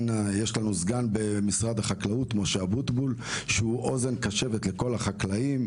יש לו סגן במשרד החקלאות משה אבוטבול שהוא אוזן קשבת לכל החקלאים,